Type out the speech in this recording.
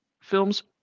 films